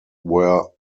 were